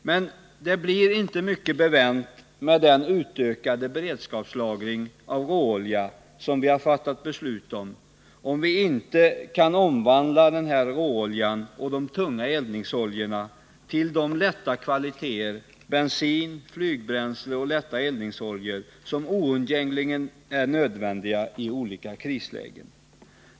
Men det blir inte mycket bevänt med den utökade beredskapslagring av råolja som vi har fattat beslut om, om vi inte kan omvandla råoljan och de tunga eldningsoljorna till de lätta kvaliteter — bensin, flygbränsle och lätta eldningsoljor — som oundgängligen är nödvändiga i olika krislägen.